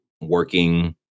working